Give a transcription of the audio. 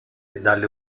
dalle